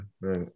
right